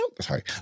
Sorry